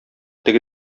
теге